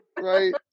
right